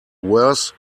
worse